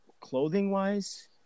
clothing-wise